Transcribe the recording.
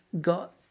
got